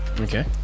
Okay